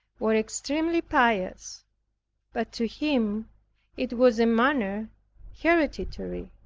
was extremely pious but to him it was a manner hereditary.